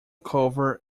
cover